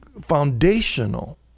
foundational